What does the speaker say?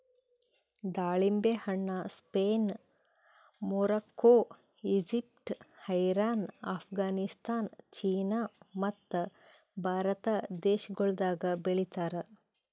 ದಾಳಿಂಬೆ ಹಣ್ಣ Spain, Morocco, Egypt, Iran, Afghanistan, China ಮತ್ತ ಭಾರತ ದೇಶಗೊಳ್ದಾಗ್ ಬೆಳಿತಾರ್